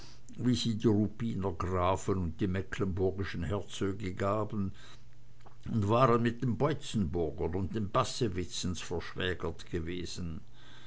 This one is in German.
wie sie die ruppiner grafen und die mecklenburgischen herzöge gaben und waren mit den boitzenburgern und den bassewitzens verschwägert gewesen